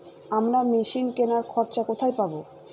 আমরা মেশিন কেনার খরচা কোথায় পাবো?